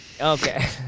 okay